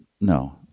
no